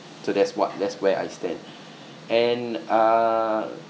so that's what that's where I stand and uh